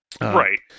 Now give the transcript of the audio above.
right